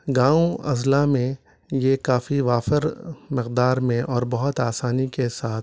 گاؤں اضلاع میں یہ کافی وافر مقدار میں اور بہت آسانی کے ساتھ